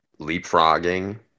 leapfrogging